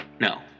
no